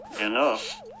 enough